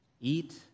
eat